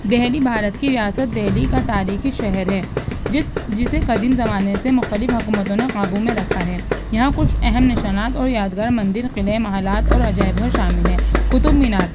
دہلی بھارت کی ریاست دہلی کا تاریخی شہر ہے جس جسے قدیم زمانے سے مختلف حکومتوں نے قابو میں رکھا ہے یہاں کچھ اہم نشانات اور یادگار مندر قلعے محلات اور عجائب گھر شامل ہیں قطب مینار